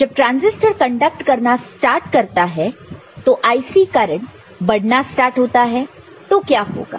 जब transistor conduct करना start करता है तो IC करंट बढ़ना स्टार्ट होता है तो क्या होगा